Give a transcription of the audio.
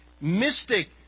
mystic